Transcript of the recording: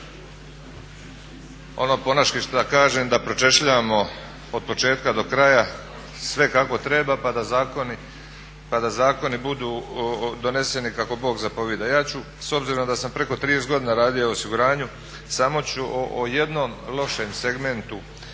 ono po naški što ja kažem, da pročešljamo od početka do kraja sve kako treba pa da zakoni budu doneseni kako Bog zapovijeda. Ja ću s obzirom da sam preko 30 godina radio u osiguranju, samo ću o jednom lošem segmentu